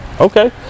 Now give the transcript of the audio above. Okay